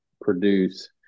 produce